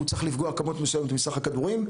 הוא צריך לפגוע כמות מסוימת מסך הכדורים,